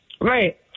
Right